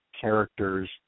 characters